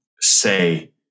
say